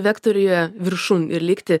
vektoriuje viršun ir likti